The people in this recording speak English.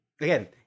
Again